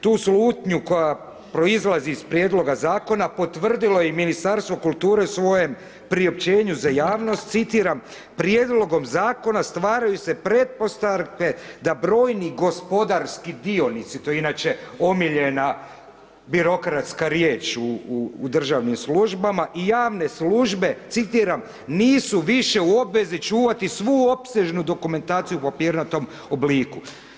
Tu slutnju koja proizlazi iz prijedloga zakona potvrdilo je i Ministarstvo kulture u svojem priopćenju za javnost, citiram: „Prijedlogom zakona stvaraju se pretpostavke da brojni gospodarski dionici“ to je inače omiljena birokratska riječ u državnim službama i javne službe citiram „nisu više u obvezi čuvati svu opsežnu dokumentaciju u papirnatom obliku.